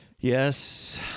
Yes